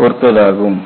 பொறுத்ததாகும்